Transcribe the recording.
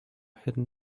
hidden